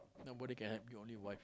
nobody can help you only wife